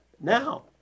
now